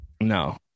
No